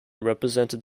represented